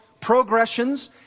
progressions